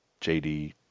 JD